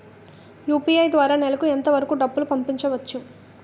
UPI ద్వారా నెలకు ఎంత వరకూ డబ్బులు పంపించవచ్చు?